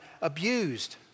abused